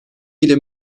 ile